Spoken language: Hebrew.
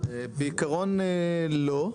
בעיקרון לא.